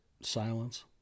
silence